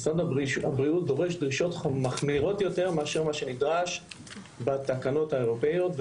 משרד הבריאות דורש דרישות מחמירות יותר מאשר מה שנדרש בתקנות האירופיות.